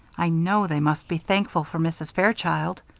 i know they must be thankful for mrs. fairchild.